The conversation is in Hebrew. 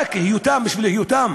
סיפור של לידה מחודשת.